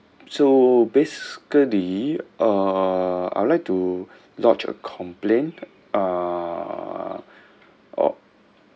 so basically uh I'd like to lodge a complaint uh oh